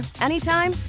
anytime